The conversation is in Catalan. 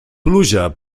pluja